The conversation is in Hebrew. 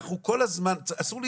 אסור להתבלבל,